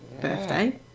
birthday